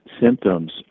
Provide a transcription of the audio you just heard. symptoms